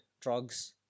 drugs